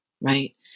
right